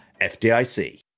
FDIC